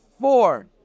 four